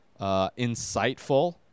insightful